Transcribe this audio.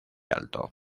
alto